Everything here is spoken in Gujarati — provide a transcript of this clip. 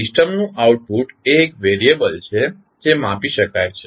સિસ્ટમનું આઉટપુટ એ એક વેરીયબલ છે જે માપી શકાય છે